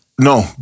no